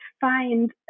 find